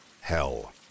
Hell